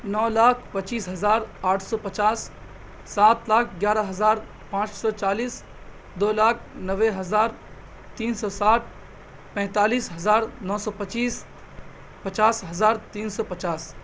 نو لاکھ پچیس ہزار آٹھ سو پچاس سات لاکھ گیارہ ہزار پانچ سو چالیس دو لاکھ نوے ہزار تین سو سات پینتالیس ہزار نو سو پچیس پچاس ہزار تین سو پچاس